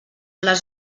les